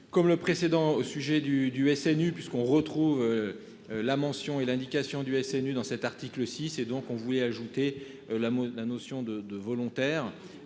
Comme le précédent au sujet du du SNU puisqu'on retrouve. La mention et l'indication du SNU dans cet article 6 et donc on voulait ajouter la mode, la notion de de volontaires.